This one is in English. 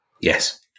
Yes